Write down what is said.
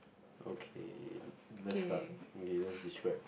okay let's start okay let's describe